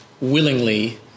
willingly